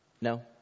No